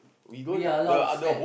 we are a lot of stress